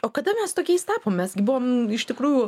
o kada mes tokiais tapom mes gi buvom iš tikrųjų